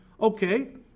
Okay